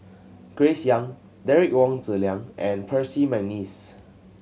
Grace Young Derek Wong Zi Liang and Percy McNeice